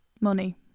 money